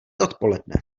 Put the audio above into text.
odpoledne